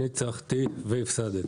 ניצחתי והפסדתי.